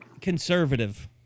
conservative